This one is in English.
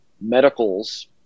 medicals